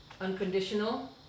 unconditional